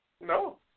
No